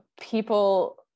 people